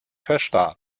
verstarb